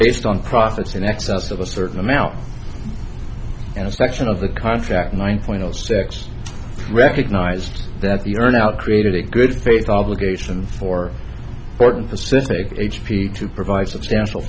based on profits in excess of a certain amount in a section of the contract one point zero six recognized that the earn out created a good faith obligation for certain pacific h p to provide substantial